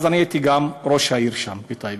אז אני הייתי גם ראש העיר שם, בטייבה.